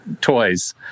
toys